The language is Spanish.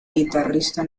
guitarrista